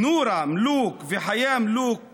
נורא מלוכ וחיאה מלוכ מיפא,